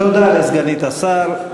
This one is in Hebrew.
תודה לסגנית השר.